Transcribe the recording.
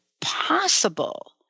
possible